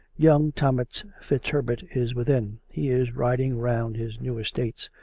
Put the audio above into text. young thomas fitzherbert is within. he is riding round his new estates,